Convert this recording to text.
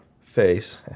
face